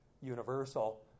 universal